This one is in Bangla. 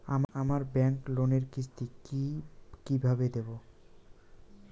আমার ব্যাংক লোনের কিস্তি কি কিভাবে দেবো?